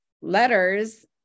letters